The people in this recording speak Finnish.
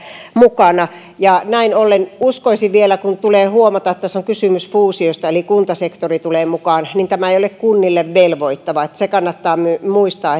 mukana näin ollen uskoisin vielä kun tulee huomata että tässä on kysymys fuusiosta eli kuntasektori tulee mukaan että tämä ei ole kunnille velvoittava se kannattaa muistaa